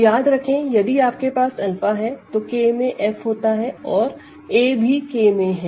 तो याद रखें यदि आपके पास 𝛂 है तो K में F होता है और कोई a भी K में है